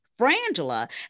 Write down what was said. Frangela